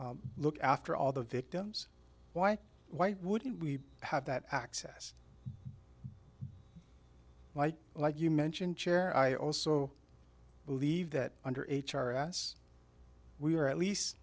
look after all the victims why why wouldn't we have that access like like you mentioned chair i also believe that under h r s we are at least